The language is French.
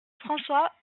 françois